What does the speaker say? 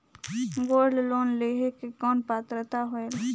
Gold loan लेहे के कौन पात्रता होएल?